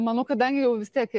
manau kadangi jau vis tiek